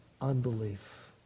unbelief